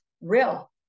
real